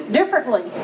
differently